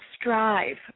strive